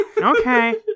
Okay